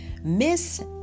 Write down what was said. Miss